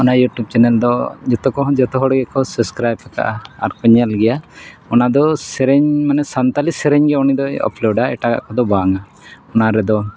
ᱚᱱᱟ YouTube channel ᱫᱚ ᱡᱚᱛᱚ ᱠᱚᱦᱚᱸ ᱡᱚᱛᱚ ᱦᱚᱲ ᱜᱮᱠᱚ ᱥᱟᱵᱥᱠᱨᱟᱭᱤᱵᱽ ᱠᱟᱜᱼᱟ ᱟᱨᱠᱚ ᱧᱮᱞ ᱜᱮᱭᱟ ᱚᱱᱟᱫᱚ ᱥᱮᱨᱮᱧ ᱢᱟᱱᱮ ᱥᱟᱱᱛᱟᱲᱤ ᱥᱮᱨᱮᱧᱜᱮ ᱩᱱᱤᱫᱚᱭ ᱟᱯᱞᱳᱰᱟ ᱮᱴᱟᱜᱟᱜ ᱠᱚᱫᱚ ᱵᱟᱝᱼᱟ ᱚᱱᱟ ᱨᱮᱫᱚ